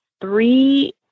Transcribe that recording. three